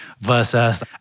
versus